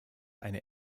eine